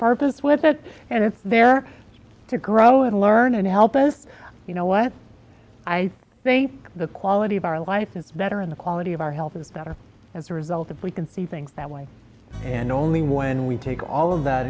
purpose with that and it's there to grow and learn and help both you know what i think the quality of our life is better in the quality of our health is better as a result that we can see things that way and only when we take all of that